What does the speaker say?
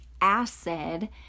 acid